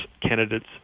candidate's